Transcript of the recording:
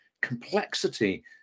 complexity